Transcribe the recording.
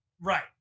Right